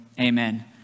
Amen